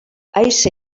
aise